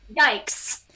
yikes